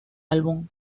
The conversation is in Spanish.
álbum